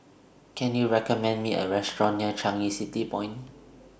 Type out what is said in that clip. Can YOU recommend Me A Restaurant near Changi City Point